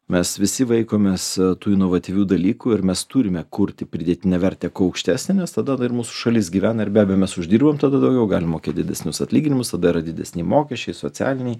mes visi vaikomės tų inovatyvių dalykų ir mes turime kurti pridėtinę vertę kuo aukštesnę tada ta ir mūsų šalis gyvena ir be abejo mes uždirbam tada daugiau galim mokėt didesnius atlyginimus tada yra didesni mokesčiai socialiniai